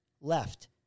left